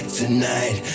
tonight